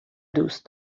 دوست